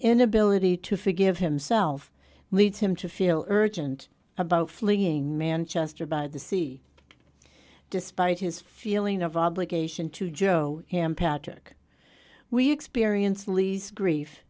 inability to forgive himself leads him to feel urgent about fleeing manchester by the sea despite his feeling of obligation to jo him patrick we experience lease grief